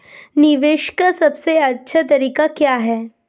निवेश का सबसे अच्छा तरीका क्या है?